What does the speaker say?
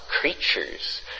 creatures